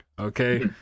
Okay